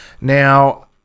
now